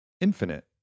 infinite